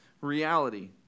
reality